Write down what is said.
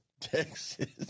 Texas